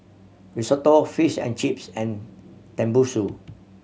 Risotto Fish and Chips and Tenmusu